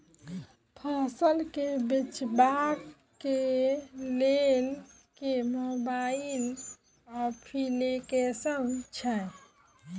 फसल केँ बेचबाक केँ लेल केँ मोबाइल अप्लिकेशन छैय?